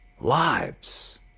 lives